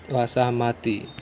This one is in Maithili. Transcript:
असहमति